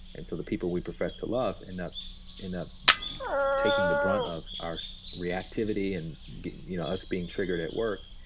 and so the people we professed to love and up and up taking the brunt of our reactivity and you know us being triggered at work,